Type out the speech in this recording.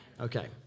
Okay